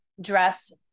dressed